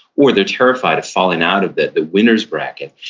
or they're terrified of falling out of that, the winners bracket,